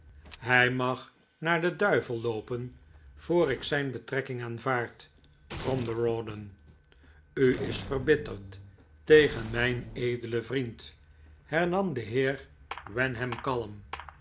hij mag naar den duivel loopen voor ik zijn betrekking aanvaard gromde rawdon u is verbitterd tegen mijn edelen vriend hernam de heer wenham kalm